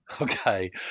okay